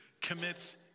commits